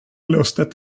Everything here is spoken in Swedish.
lustigt